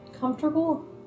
Comfortable